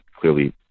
clearly